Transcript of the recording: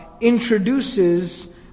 introduces